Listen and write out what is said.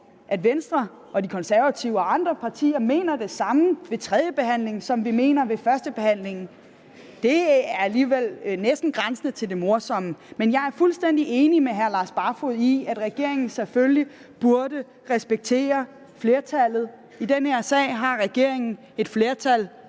at Venstre og De Konservative og andre partier mener det samme ved tredjebehandlingen, som vi mente ved førstebehandlingen. Det er alligevel næsten grænsende til det morsomme. Men jeg er fuldstændig enig med hr. Lars Barfoed i, at regeringen selvfølgelig burde respektere flertallet. I den her sag har regeringen et flertal